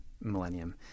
Millennium